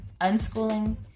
unschooling